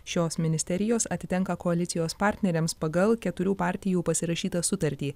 šios ministerijos atitenka koalicijos partneriams pagal keturių partijų pasirašytą sutartį